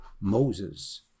Moses